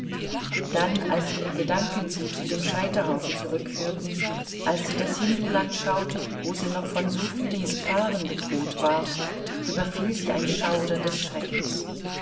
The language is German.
dann als ihre gedanken sie zu dem scheiterhaufen zurückführten als sie das hinduland schaute wo sie noch von so vielen gefahren bedroht war überfiel sie ein schauder des schreckens